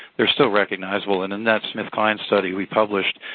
they're still recognizable. and in that smithkline study we published,